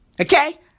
Okay